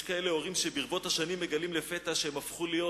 יש הורים שברבות השנים מגלים לפתע שהם הפכו להיות,